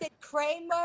kramer